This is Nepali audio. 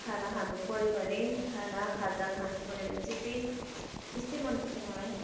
खाना खानु पऱ्यो भने खाना खाजा खानु पऱ्यो भने चाहिँ त्यही त्यस्तै मनपर्छ मलाई